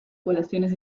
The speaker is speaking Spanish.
poblaciones